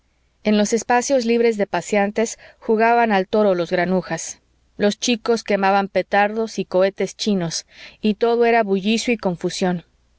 en los espacios libres de paseantes jugaban al toro los granujas los chicos quemaban petardos y cohetes chinos y todo era bullicio y confusión